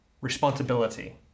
responsibility